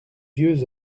vieux